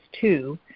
two